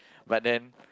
but then